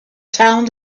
town